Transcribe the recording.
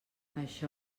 això